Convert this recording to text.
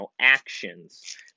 actions